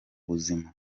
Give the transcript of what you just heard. buzima